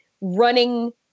running